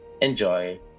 enjoy